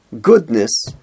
goodness